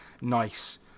nice